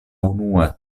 unua